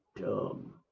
dumb